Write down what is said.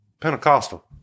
Pentecostal